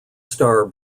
star